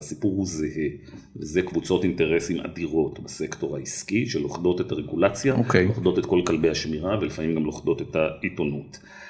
הסיפור הוא זהה, וזה קבוצות אינטרסים אדירות בסקטור העסקי שלוחדות את הרגולציה, אוקיי, לוכדות את כל כלבי השמירה ולפעמים גם לוכדות את העיתונות.